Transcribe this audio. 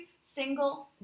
single